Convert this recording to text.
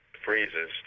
Freezes